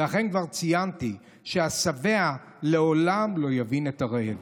ואנחנו נשתדל לתת לו מענה בהקדם אם התשובה שלי איננה מספקת.